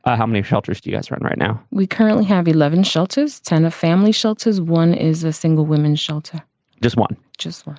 ah how many shelters do you guys run right now? we currently have eleven shelters, ten of family shelters. one is a single women's shelter just one. just one.